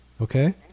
Okay